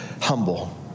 humble